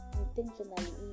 intentionally